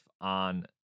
on